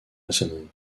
maçonnerie